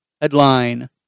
headline